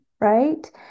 right